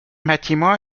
bâtiment